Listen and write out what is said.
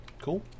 Cool